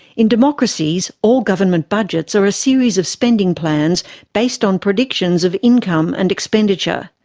in democracies, all government budgets are a series of spending plans based on predictions of income and expenditure.